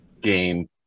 game